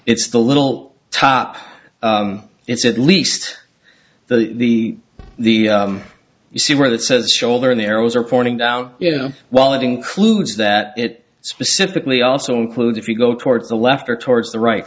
it's the little top it's at least the the the you see where that says shoulder on the arrows are pointing down you know while it includes that it specifically also includes if you go towards the left or towards the right